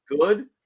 good